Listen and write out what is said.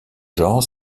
genre